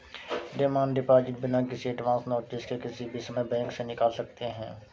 demand deposit बिना किसी advance notice के किसी भी समय बैंक से निकाल सकते है